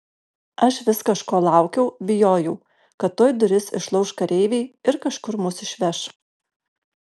aš vis kažko laukiau bijojau kad tuoj duris išlauš kareiviai ir kažkur mus išveš